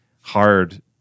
hard